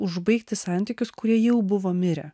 užbaigti santykius kurie jau buvo mirę